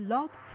Love